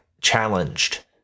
challenged